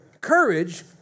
Courage